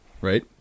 right